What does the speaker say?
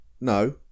no